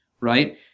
right